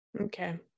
Okay